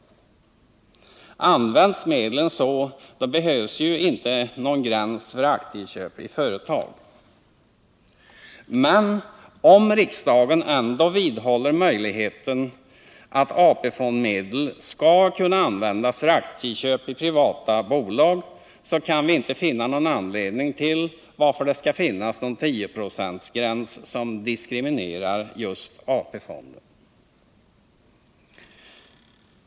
Används medlen på det sättet behövs ju inte någon gräns för aktieköp i företag. Men om riksdagen ändå vidhåller möjligheten att AP-fondsmedel skall kunna användas för aktieköp i privata bolag kan vi inte finna någon anledning till att det skall finnas en 10-procentsgräns som diskriminerar just AP-fonden.